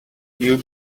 you